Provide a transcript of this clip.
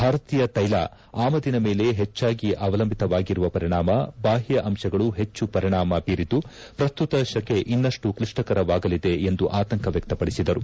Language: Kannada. ಭಾರತೀಯ ತೈಲ ಆಮದಿನ ಮೇಲೆ ಹೆಚ್ಚಾಗಿ ಅವಲಂಬಿತವಾಗಿರುವ ಪರಿಣಾಮ ಬಾಪ್ಕ ಅಂಶಗಳು ಹೆಚ್ಚು ಪರಿಣಾಮ ಬೀರಿದ್ದು ಪ್ರಸ್ತುತ ಶಕೆ ಇನ್ನಷ್ಟು ಕ್ಲಿಷ್ಟಕರವಾಗಲಿದೆ ಎಂದು ಆತಂಕ ವ್ಯಕ್ತಪಡಿಸಿದರು